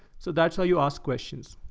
so that's how you ask questions.